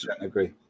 agree